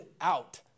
out